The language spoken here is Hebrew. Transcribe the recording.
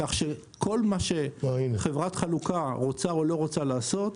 כך שכל מה שחברת חלוקה רוצה או לא רוצה לעשות,